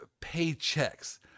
paychecks